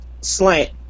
slant